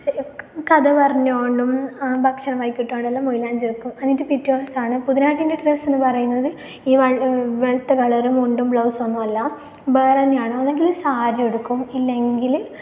കഥ പറഞ്ഞു കൊണ്ടും ഭക്ഷണം വായിലേക്ക് ഇട്ടു കൊണ്ടെല്ലാം മൈലാഞ്ചി വയ്ക്കും എന്നിട്ട് പിറ്റേ ദിവസം ആണ് പുതുനാട്ടിൻ്റെ ഡ്രെസ്സ് എന്ന് പറയുന്നത് ഈ വെളുത്ത കളറ് മുണ്ടും ബ്ലൗസ് ഒന്നുമല്ല വേറെ തന്നെയാണ് ഒന്നെങ്കിൽ സാരി ഉടുക്കും ഇല്ലെങ്കിൽ